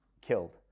killed